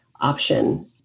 option